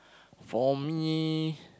for me